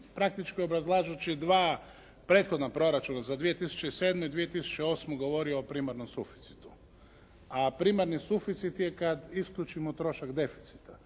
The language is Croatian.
praktički obrazlažući 2 prethodna proračuna za 2007. i 2008. govorio o primarnom suficitu, a primarni suficit je kad isključimo trošak deficita.